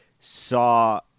saw